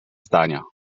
zdania